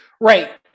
Right